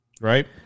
right